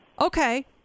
Okay